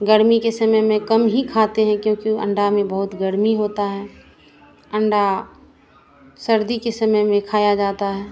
गर्मी के समय में कम ही खाते हैं क्योंकि अंडा में बहुत गर्मी होता है अंडा सर्दी के समय में खाया जाता है